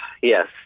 Yes